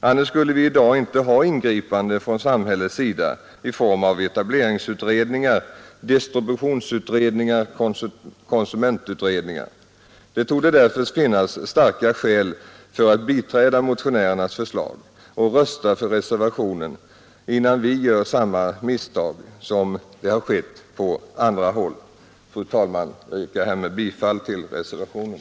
Annars skulle vi i dag inte ha ingripit från samhällets sida i form av etableringsutredningar, distributionsutredningar och konsumentutredningar. Det torde därför finnas starka skäl för att biträda motionärernas förslag och rösta för reservationen innan vi gör samma misstag som skett på andra håll. Fru talman! Jag yrkar härmed bifall till reservationen.